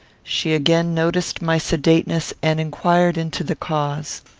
she again noticed my sedateness, and inquired into the cause.